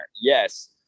Yes